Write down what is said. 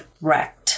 wrecked